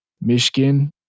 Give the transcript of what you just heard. Michigan